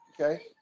okay